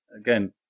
again